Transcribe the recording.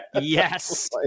yes